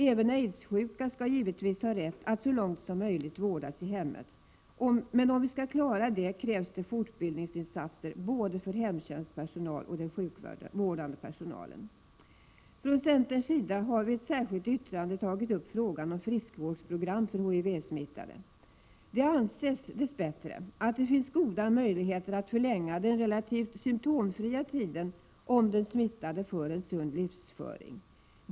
Även aidssjuka skall givetvis ha rätt att så långt som möjligt vårdas i hemmet, men om vi skall klara det krävs fortbildningsinsatser för både hemtjänstpersonal och den sjukvårdande personalen. Från centerns sida har vi i ett särskilt yttrande tagit upp frågan om friskvårdsprogram för HIV-smittade. Det anses, dess bättre, att det finns goda möjligheter att förlänga den relativt symptomfria tiden, om den smittade har en sund livsföring.